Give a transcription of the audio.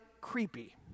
creepy